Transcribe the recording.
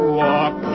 walk